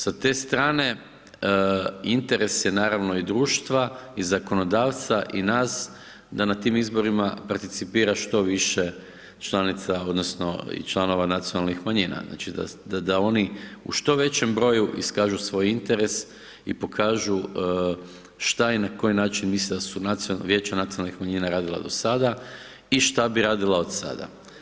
Sa te strane interes je naravno i društva i zakonodavca i nas da na tim izborima participira što više članica odnosno, članova nacionalnih manjina, znači da oni u što većem broju i kažu svoj interes i pokažu šta i na koji način misle da su nacionalna vijeća nacionalnih manjina radila do sada i šta bi radila od sada.